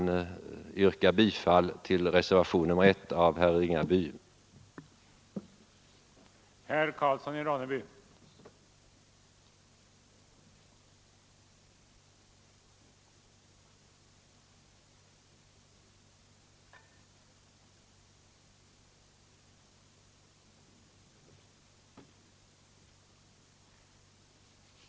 Jag yrkar bifall till reservationen 1 av herrar Ringaby och Fridolfsson.